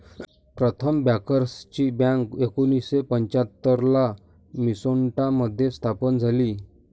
प्रथम बँकर्सची बँक एकोणीसशे पंच्याहत्तर ला मिन्सोटा मध्ये स्थापन झाली